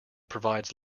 provides